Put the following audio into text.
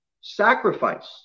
sacrifice